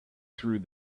through